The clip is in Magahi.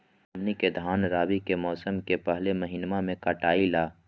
हमनी के धान रवि के मौसम के पहले महिनवा में कटाई ला